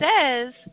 says